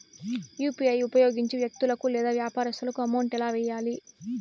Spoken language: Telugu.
యు.పి.ఐ ఉపయోగించి వ్యక్తులకు లేదా వ్యాపారస్తులకు అమౌంట్ ఎలా వెయ్యాలి